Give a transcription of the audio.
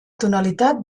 tonalitat